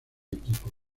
equipo